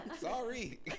Sorry